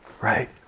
right